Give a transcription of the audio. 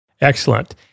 Excellent